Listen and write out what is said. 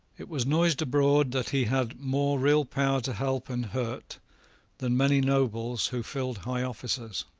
it was noised abroad that he had more real power to help and hurt than many nobles who filled high offices.